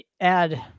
add